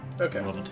Okay